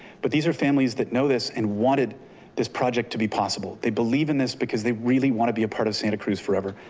but these are families that know this and wanted this project to be possible. they believe in this because they really wanna be a part of santa cruz forever.